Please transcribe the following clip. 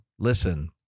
Listen